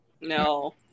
No